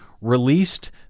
released